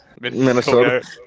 Minnesota